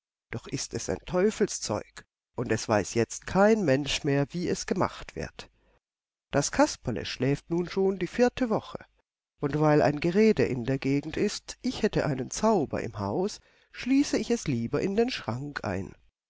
doch ist es ein teufelszeug und es weiß jetzt kein mensch mehr wie es gemacht wird das kasperle schläft nun schon die vierte woche und weil ein gerede in der gegend ist ich hätte einen zauber im haus schließe ich es lieber in den schrank ein